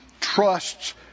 trusts